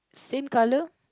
same colour